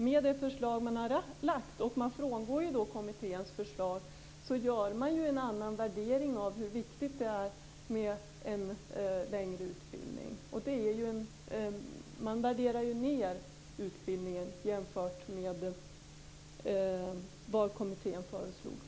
Med det förslag som man har lagt fram, som frångår kommitténs förslag, gör man en annan värdering av vikten av en längre utbildning. Man värderar ju ned utbildningen i förhållande till kommitténs förslag.